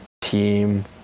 team